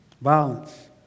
violence